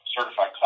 certified